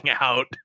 out